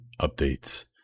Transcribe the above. updates